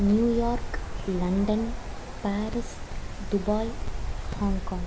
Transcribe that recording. New York London Paris Dubai Hong Kong